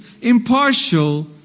impartial